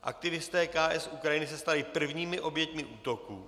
Aktivisté KS Ukrajiny se stali prvními oběťmi útoků.